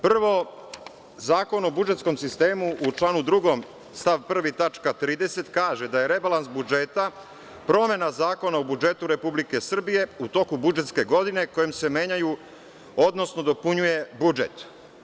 Prvo, Zakon o budžetskom sistemu u članu 2. stav 1. tačka 30, kaže da je rebalans budžeta promena Zakona o budžetu Republike Srbije u toku budžetske godine kojim se menjaju, odnosno dopunjuje budžet.